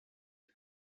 ich